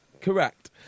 Correct